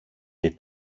και